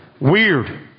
Weird